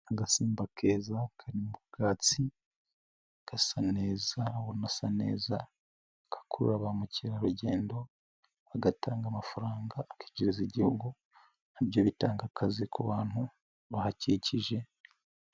Agasimba keza kari mu bwatsi, gasa neza ubona asa neza, gakurura ba mukerarugendo, bagatanga amafaranga akinjiriza igihugu, ibyo bitanga akazi ku bantu, bahakikije.